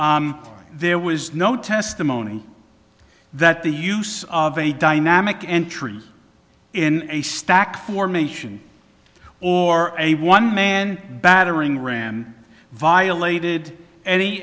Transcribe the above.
agree there was no testimony that the use of a dynamic entry in a stack formation or a one man battering ram violated any